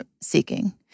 seeking